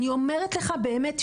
אני אומרת לך באמת,